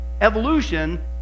evolution